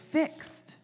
fixed